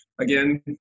again